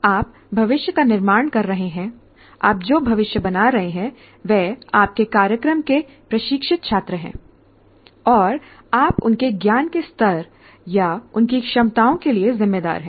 आप भविष्य का निर्माण कर रहे हैं आप जो भविष्य बना रहे हैं वह आपके कार्यक्रम के प्रशिक्षित छात्र हैं और आप उनके ज्ञान के स्तर या उनकी क्षमताओं के लिए जिम्मेदार हैं